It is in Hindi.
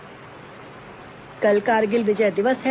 कारगिल विजय दिवस कल कारगिल विजय दिवस है